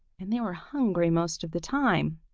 and they were hungry most of the time.